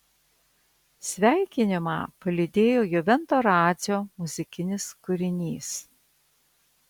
sveikinimą palydėjo juvento radzio muzikinis kūrinys